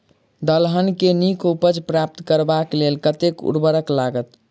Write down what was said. दलहन केँ नीक उपज प्राप्त करबाक लेल कतेक उर्वरक लागत?